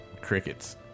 crickets